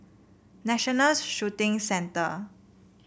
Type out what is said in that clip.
National Shooting Centre